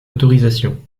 autorisation